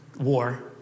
war